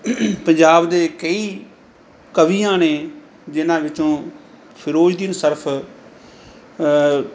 ਪੰਜਾਬ ਦੇ ਕਈ ਕਵੀਆਂ ਨੇ ਜਿਹਨਾਂ ਵਿੱਚੋਂ ਫਿਰੋਜ਼ਦੀਨ ਸਰਫ